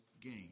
gain